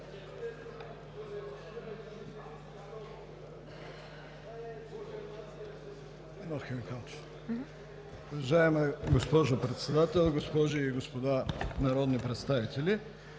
Уважаема госпожо Председател, госпожи и господа народни представители!